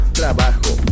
trabajo